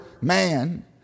man